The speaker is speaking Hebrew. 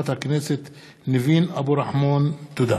תודה.